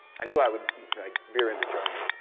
i knew i would veer into jargon.